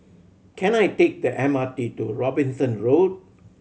can I take the M R T to Robinson Road